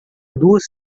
duas